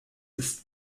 ist